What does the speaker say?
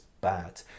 bad